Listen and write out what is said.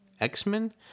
X-Men